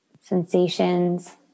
Sensations